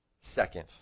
second